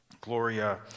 Gloria